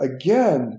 again